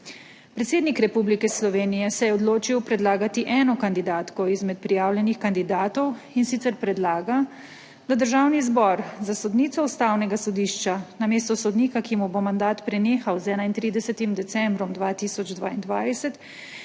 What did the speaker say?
Predsednik Republike Slovenije se je odločil predlagati eno kandidatko izmed prijavljenih kandidatov, in sicer predlaga, da Državni zbor za sodnico Ustavnega sodišča na mesto sodnika, ki mu bo mandat prenehal z 31. decembrom 2022,